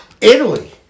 Italy